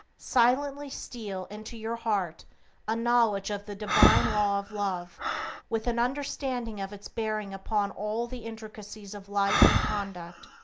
silently steal into your heart a knowledge of the divine law of love with an understanding of its bearing upon all the intricacies of life and conduct.